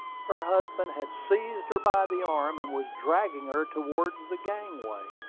her husband had seized her by the arm, and was dragging her towards the gangway.